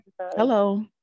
Hello